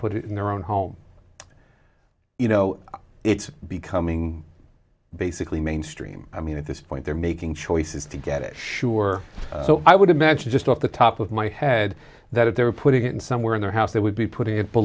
put it in their own home you know it's becoming basically mainstream i mean at this point they're making choices to get it sure so i would imagine just off the top of my head that if they were putting it in somewhere in their house they would be puttin